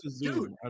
Dude